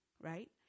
right